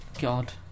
God